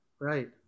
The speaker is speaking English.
Right